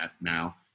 now